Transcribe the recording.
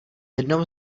jednom